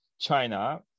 China